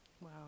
wow